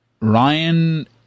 Ryan